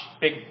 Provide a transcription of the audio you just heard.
big